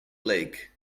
lake